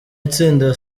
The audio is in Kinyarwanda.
itsinda